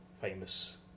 famous